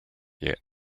yet